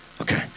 Okay